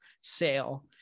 sale